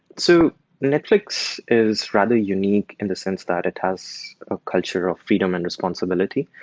so netflix is rather unique in the sense that it has a culture of freedom and responsibility,